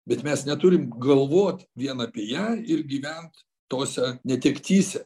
bet mes neturim galvot vien apie ją ir gyvent tose netektyse